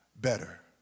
better